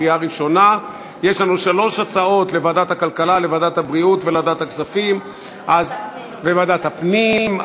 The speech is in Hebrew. לוועדה שתקבע ועדת הכנסת נתקבלה.